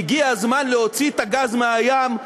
והגיע הזמן להוציא את הגז מהים,